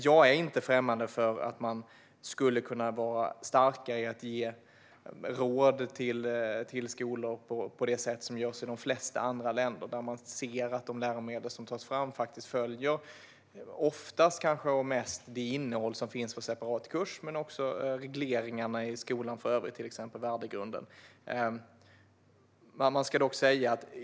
Jag är inte främmande för att man skulle kunna ge råd till skolor på det sätt som görs i de flesta andra länder, där man ser efter att de läromedel som tas fram följer regleringen för skolan om till exempel värdegrunden. Det gäller kanske oftast och mest innehållet för separata kurser.